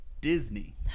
Disney